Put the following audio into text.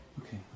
Okay